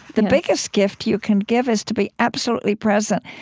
the biggest gift you can give is to be absolutely present.